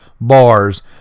bars